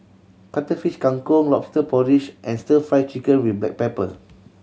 Cuttlefish Kang Kong Lobster Porridge and Stir Fry Chicken with black pepper